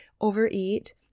overeat